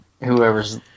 Whoever's